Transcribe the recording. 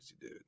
dude